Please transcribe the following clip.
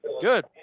Good